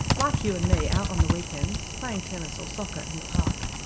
like you and me out on the weekends playing tennis or soccer in the park.